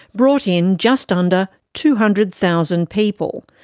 brought in just under two hundred thousand people,